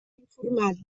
informat